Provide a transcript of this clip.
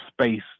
space